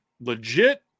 legit